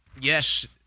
Yes